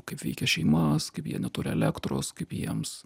kaip veikia šeimas kaip jie neturi elektros kaip jiems